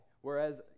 Whereas